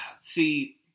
see